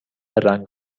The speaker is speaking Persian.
رنگ